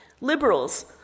Liberals